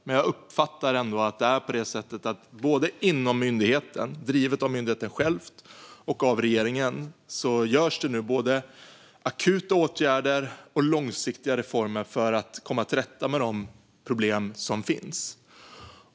Men jag uppfattar ändå att det görs akuta åtgärder och långsiktiga reformer för att komma till rätta med de problem som finns, och arbetet sker både inom myndigheten drivet av myndigheten själv och av regeringen.